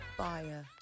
fire